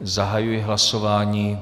Zahajuji hlasování.